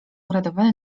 uradowany